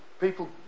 People